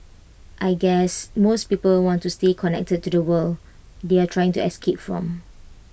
I guess most people want to stay connected to the world they are trying to escape from